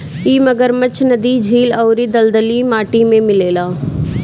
इ मगरमच्छ नदी, झील अउरी दलदली माटी में मिलेला